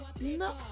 No